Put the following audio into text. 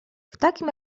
takim